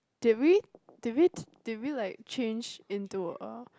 did we did we did we like change into a